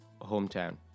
hometown